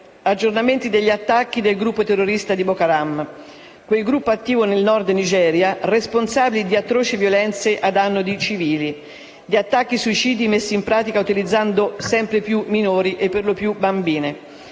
aggiornamenti degli attacchi del gruppo terrorista di Boko Haram, attivo nel Nord della Nigeria e responsabile di atroci violenze a danno di civili e di attacchi suicidi messi in pratica utilizzando sempre più spesso minori, per lo più bambine.